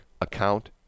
account